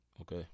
Okay